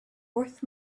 worth